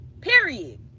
Period